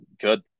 good